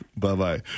Bye-bye